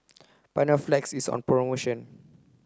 Panaflex is on promotion